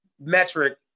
metric